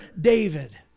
David